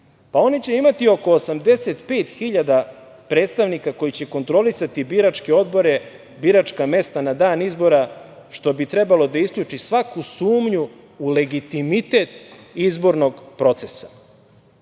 Pa, oni će imati oko 85.000 predstavnika koji će kontrolisati biračke odbore, biračka mesta na dan izbora, što bi trebalo da isključi svaku sumnju u legitimitet izbornog procesa.